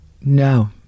No